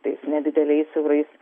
tais nedideliais siaurais